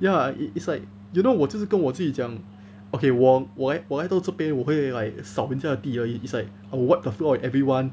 ya it it's like you know 我就是跟我自己讲 okay 我我会我会都做这边我会 like 扫人家地而已 it's like I will wipe the floor with everyone